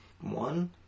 One